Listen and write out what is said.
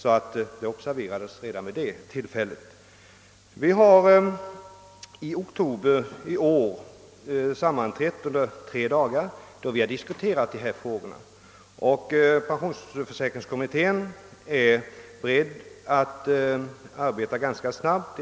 I oktober i år har pensionsförsäkringskommittén sammanträtt under tre dagar och diskuterat dessa frågor. Kommittén är beredd att arbeta ganska snabbt.